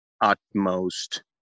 utmost